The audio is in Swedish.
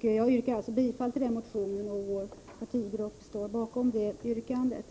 Jag yrkar bifall till den motionen. Vår partigrupp står bakom det yrkandet.